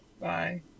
Bye